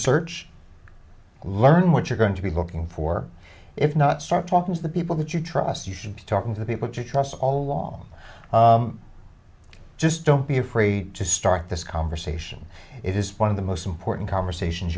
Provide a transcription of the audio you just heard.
search learn what you're going to be looking for if not start talking to the people that you trust you should be talking to people to trust all along just don't be afraid to start this conversation it is one of the most important conversations